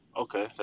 Okay